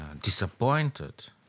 disappointed